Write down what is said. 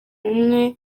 umwe